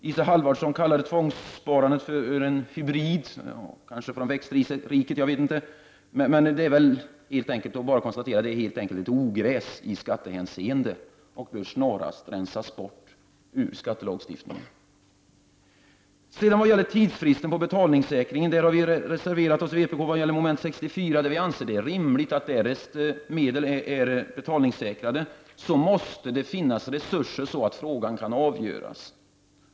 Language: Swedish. Isa Halvarsson kallade tvångssparandet för en hybrid — med tanke på växtriket. Jag vet inte. Man kan helt enkelt konstatera att det rör sig om ett ogräs i skattehänseende, varför det snarast bör rensas bort ur skattelagstiftningen. När det gäller tidsfristen beträffande betalningssäkringen, mom. 64, har vpk reserverat sig. Vi anser att det är rimligt, att därest medel är betalningssäkrade, måste det finnas resurser så att frågan kan avgöras.